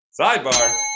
sidebar